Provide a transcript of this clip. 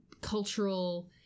cultural